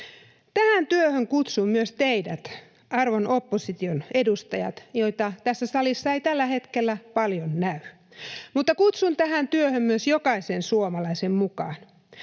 Tähän työhön kutsun myös teidät, arvon opposition edustajat, joita tässä salissa ei tällä hetkellä paljon näy, mutta kutsun tähän työhön myös jokaisen suomalaisen mukaan.